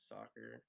Soccer